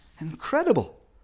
incredible